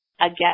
again